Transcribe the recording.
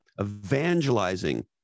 evangelizing